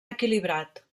equilibrat